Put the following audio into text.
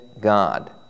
God